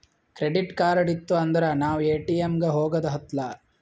credit card ಇತ್ತು ಅಂದುರ್ ನಾವ್ ಎ.ಟಿ.ಎಮ್ ಗ ಹೋಗದ ಹತ್ತಲಾ